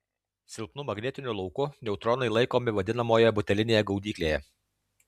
silpnu magnetiniu lauku neutronai laikomi vadinamojoje butelinėje gaudyklėje